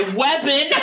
weapon